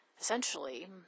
Essentially